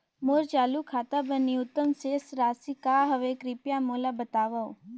मोर चालू खाता बर न्यूनतम शेष राशि का हवे, कृपया मोला बतावव